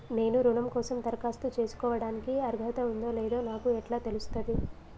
నేను రుణం కోసం దరఖాస్తు చేసుకోవడానికి అర్హత ఉందో లేదో నాకు ఎట్లా తెలుస్తది?